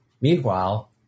Meanwhile